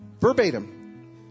verbatim